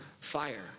Fire